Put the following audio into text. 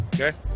okay